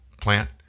plant